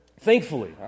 Thankfully